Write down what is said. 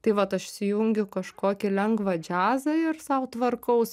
tai vat aš įsijungiu kažkokį lengvą džiazą ir sau tvarkaus